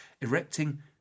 erecting